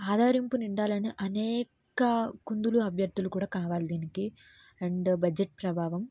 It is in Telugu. ఆధారింపు నిండాలని అనేక కుందులు అభ్యర్థులు కూడా కావాలి దీనికి అండ్ బడ్జెట్ ప్రభావం